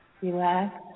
Relax